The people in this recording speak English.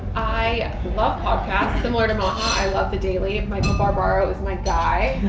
i love podcasts, similar to maha, i love the daily, michael barbaro is my guy.